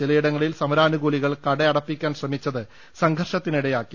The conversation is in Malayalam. ചിലയിടങ്ങളിൽ സമരാനുകൂലികൾ കട അടപ്പിക്കാൻ ശ്രമിച്ചത് സംഘർഷത്തിനിടയാക്കി